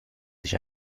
sich